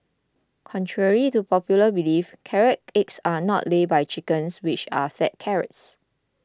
contrary to popular belief carrot eggs are not laid by chickens which are fed carrots